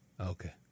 Okay